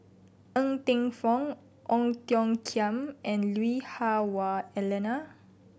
Ng Teng Fong Ong Tiong Khiam and Lui Hah Wah Elena